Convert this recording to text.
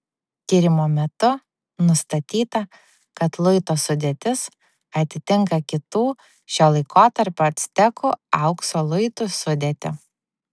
tyrimo metu nustatyta kad luito sudėtis atitinka kitų šio laikotarpio actekų aukso luitų sudėtį